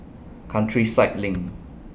Countryside LINK